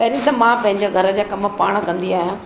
पहिरीं त मां पंहिंजे घर जा कमु पाण कंदी आहियां